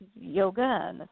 yoga